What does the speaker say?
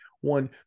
one